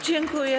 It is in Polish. Dziękuję.